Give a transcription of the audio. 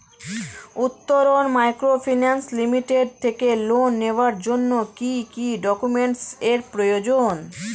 Uttaran microfinance limited থেকে loan নেওয়ার জন্য কি কি ডকুমেন্টস এর প্রয়োজন?